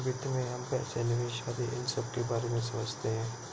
वित्त में हम पैसे, निवेश आदि इन सबके बारे में समझते हैं